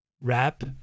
rap